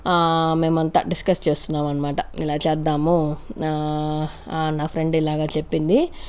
మేమంతా డిస్కస్ చేస్తున్నాం అన్నమాట ఇలా చేద్దాము నా ఫ్రెండ్ ఇలాగ చెప్పింది